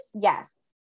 Yes